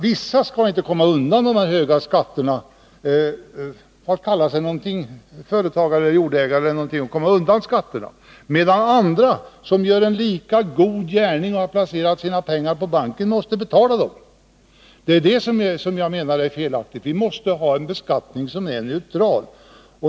Vissa skall inte komma undan de här höga skatterna genom att kalla sig företagare eller jordägare eller någonting sådant, medan andra, som gör en lika god gärning genom att placera sina pengar på banken, måste betala skatt. Det är det som jag menar är felaktigt. Vi måste ha en beskattning som är neutral.